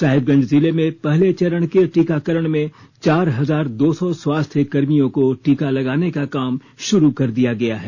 साहिबगंज जिले में पहले चरण के टीकाकरण में चार हजार दो सौ स्वास्थ्य कर्मियों को लगाने का काम शुरू कर दिया गया है